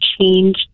change